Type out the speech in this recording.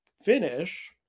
finish